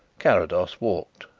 carrados walked.